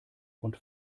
und